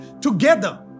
together